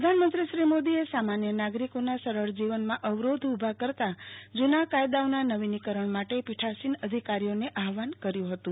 પ્રધાનમંત્રી શ્રી મોદીએ સામાન્ય નાગરિકોના સરળ જીવનમાં અવરોધ ઉભા કરતા જુના કાયદાઓના નવીનીકરણ માટે પીઠાસીન અધિકારીઓને આહ્નાન કર્યું હતું